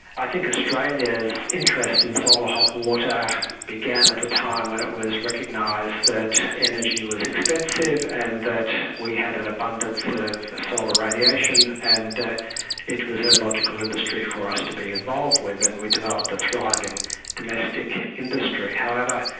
i think australia's interest in solar hot water began at a time when it was recognised that energy was expensive, and that we had an abundance sort of solar radiation, and it was a logical industry for us to be involved with, and we developed a thriving domestic industry. however,